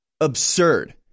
absurd